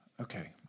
Okay